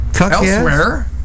elsewhere